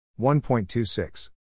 1.26